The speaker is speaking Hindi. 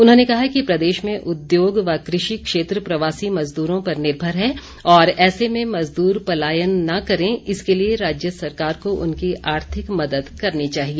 उन्होंने कहा कि प्रदेश में उद्योग व कृषि क्षेत्र प्रवासी मजदूरों पर निर्भर है और ऐसे में मजदूर पलायन न करें इसके लिए राज्य सरकार को उनकी आर्थिक मदद करनी चाहिए